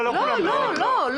לא, לא כולם.